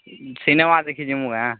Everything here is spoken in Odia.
ସିନେମା ଦେଖି ଜିମୁ କେ